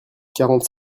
quarante